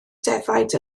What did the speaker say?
defaid